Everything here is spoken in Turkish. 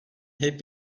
hep